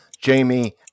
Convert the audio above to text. Jamie